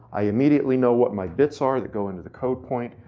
i immediately know what my bits are that go into the code point,